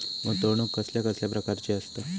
गुंतवणूक कसल्या कसल्या प्रकाराची असता?